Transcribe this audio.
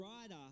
writer